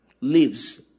lives